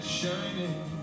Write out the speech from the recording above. Shining